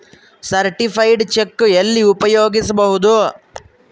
Certified cheque ಎಲ್ಲಿ ಉಪಯೋಗಿಸ್ಬೋದು?